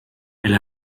elle